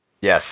Yes